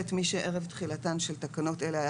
(ב)מי שערב תחילתן של תקנות אלה היה